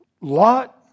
Lot